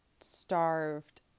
starved